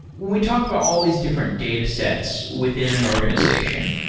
we talk about all these different datasets within an organization.